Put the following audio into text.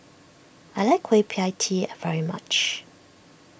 I like Kueh Pie Tee very much